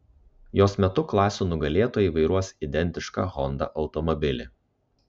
jos metu klasių nugalėtojai vairuos identišką honda automobilį